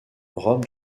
rob